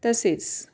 तसेच